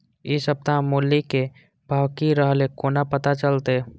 इ सप्ताह मूली के भाव की रहले कोना पता चलते?